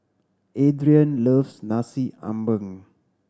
Adrian loves Nasi Ambeng